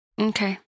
Okay